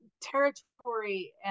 territory